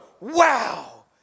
wow